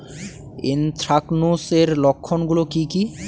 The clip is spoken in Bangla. এ্যানথ্রাকনোজ এর লক্ষণ গুলো কি কি?